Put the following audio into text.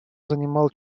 занимал